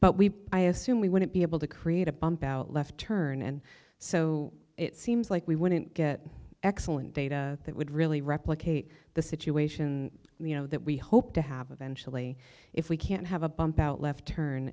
but we i assume we wouldn't be able to create a bump out left turn and so it seems like we wouldn't get excellent data that would really replicate the situation you know that we hope to have eventually if we can't have a bump out left turn